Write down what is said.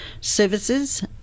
services